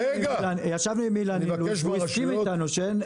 ישבנו עם אילן והוא הסכים איתנו שאין --- רגע.